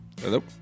Hello